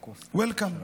Welcome.